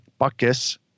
buckus